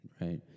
right